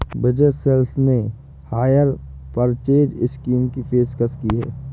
विजय sales ने hire purchase scheme की पेशकश की हैं